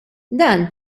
dan